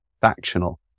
factional